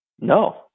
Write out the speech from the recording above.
No